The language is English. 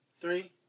Three